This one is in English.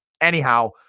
anyhow